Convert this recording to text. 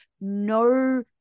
no